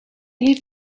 heeft